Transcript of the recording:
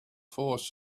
force